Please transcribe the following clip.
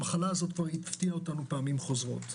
המחלה הזאת כבר הפתיעה אותנו פעמים חוזרות.